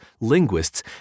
linguists